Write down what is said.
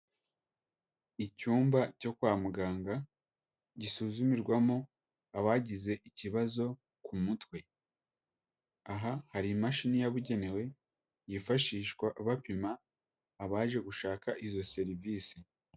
Icyumba cyo kwa muganga gisuzumirwamo abagize ikibazo ku mutwe, aha hari imashini yabugenewe yifashishwa bapima abaje gushaka izo serivisi.